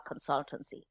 consultancy